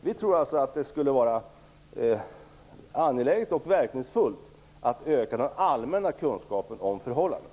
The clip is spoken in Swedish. Vi tycker att det är angeläget och att det skulle vara verkningsfullt att öka den allmänna kunskapen om förhållandena.